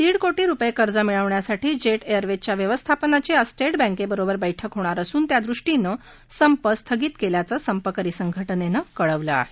दीड हजार कोटी रुपये कर्ज मिळवण्यासाठी जेट एअरवेजच्या व्यवस्थापनाची आज स्टेट बँकेबरोबर बैठक होणार असून त्या दृष्टीनं संप स्थगित केल्याचं संपकरी संघटनेनं कळवलं आहे